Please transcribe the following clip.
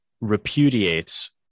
repudiates